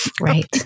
Right